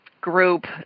group